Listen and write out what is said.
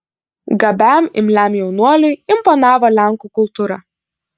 gabiam imliam jaunuoliui imponavo lenkų kultūra